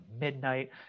midnight